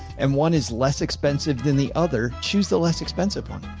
and one is less expensive than the other choose the less expensive one.